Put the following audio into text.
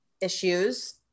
issues